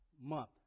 month